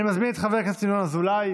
אני מזמין את חבר הכנסת ינון אזולאי.